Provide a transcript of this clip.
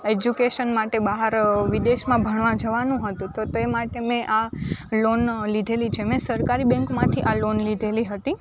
education માટે બહાર વિદેશમાં ભણવા જવાનું હતું તો માટે મેં આ લોન લીધેલી છે મે સરકારી બેંકમાંથી આ લોન લીધેલી હતી